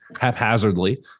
haphazardly